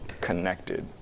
connected